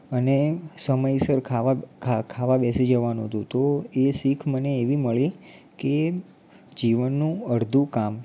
અને સમયસર ખાવા ખ ખાવા બેસી જવાનું હતું તો એ શીખ મને એવી મળી કે જીવનનું અડધું કામ